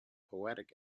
poetic